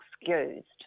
excused